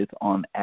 on